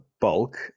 bulk